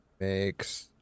makes